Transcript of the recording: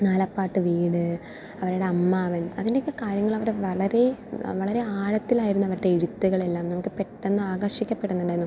നാലപ്പാട്ട് വീട് അവരുടെ അമ്മാവൻ അതിൻ്റെയൊക്കെ കാര്യങ്ങളവര് വളരെ വളരെ ആഴത്തിലായിരുന്നു അവരുടെ എഴുത്തുകളെല്ലാം നമുക്ക് പെട്ടന്ന് ആകർഷിക്കപ്പെടുന്നുണ്ടായിരുന്നു